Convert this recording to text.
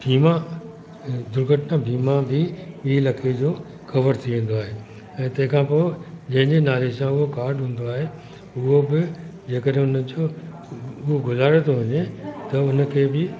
बीमा दुर्घटना बीमा बि ॿी लखे जो कवर थी वेंदो आहे ऐं तंहिंखां पोइ जंहिंजे नाले सां उहो कार्ड हूंदो आहे उहो बि जेकॾहिं हुन जो उहो गुज़ारे थो वञे त हुन खे बि